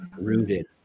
rooted